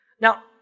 Now